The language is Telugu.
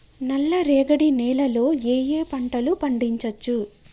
నల్లరేగడి నేల లో ఏ ఏ పంట లు పండించచ్చు?